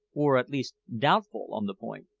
or at least doubtful, on the point.